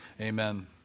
amen